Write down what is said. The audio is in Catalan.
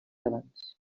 abans